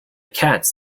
cats